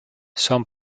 son